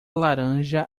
laranja